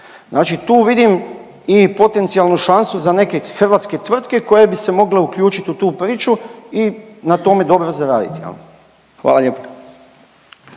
Znači tu vidim i potencijalnu šansu za neke hrvatske tvrtke koje bi se mogle uključiti u tu priču i na tome dobro zaraditi, je li? Hvala lijepo.